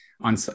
on